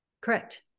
correct